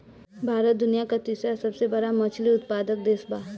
भारत दुनिया का तीसरा सबसे बड़ा मछली उत्पादक देश बा